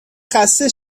خسته